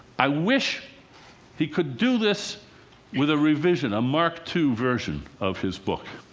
i wish he could do this with a revision, a mark two version of his book.